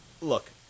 look